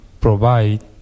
provide